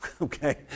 okay